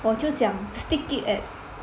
我就讲 stick it at